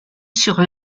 sur